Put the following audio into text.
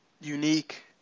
unique